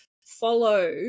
follow